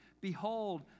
Behold